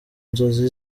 nzozi